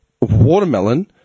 watermelon